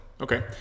Okay